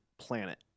planet